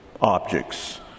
objects